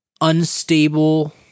unstable